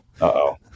Uh-oh